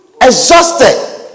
exhausted